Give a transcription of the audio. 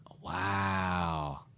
Wow